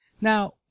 Now